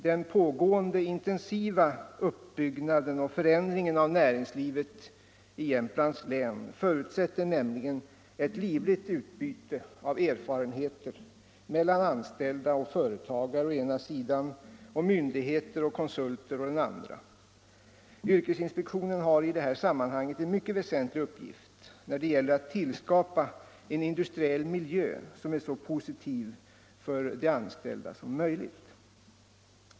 Den pågående intensiva uppbyggnaden och förändringen av näringslivet i Jämtlands län förutsätter nämligen ett livligt utbyte av erfarenheter mellan anställda och företagare å ena sidan och mellan myndigheter och konsulter å andra sidan. Yrkesinspektionen har i detta sammanhang en väsentlig uppgift när det gäller att skapa en industriell miljö som är så positiv för de anställda som möjligt.